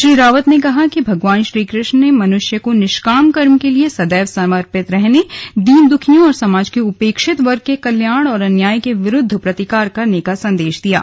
श्री रावत ने कहा कि भगवान श्रीकृष्ण ने मनुष्य को निष्काम कर्म के लिए सदैव समर्पित रहने दीन दुखियों और समाज के उपेक्षित वर्ग के कल्याण और अन्याय के विरूद्व प्रतिकार करने का संदेश दिया है